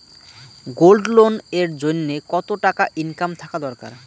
Gold loan এর জইন্যে কতো টাকা ইনকাম থাকা দরকার?